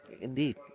Indeed